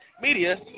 media